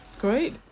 great